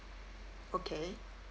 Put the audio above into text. okay